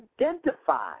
identify